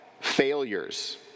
failures